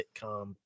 sitcom